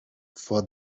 for